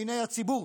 מעיני הציבור,